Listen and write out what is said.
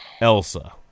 Elsa